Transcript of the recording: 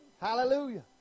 Hallelujah